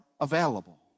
available